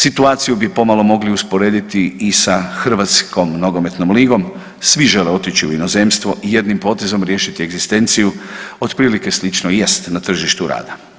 Situaciju bi pomalo mogli usporediti i sa Hrvatskom nogometnom ligom, svi žele otići u inozemstvo i jednim potezom riješit egzistenciju, otprilike slično i jest na tržištu rada.